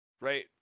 right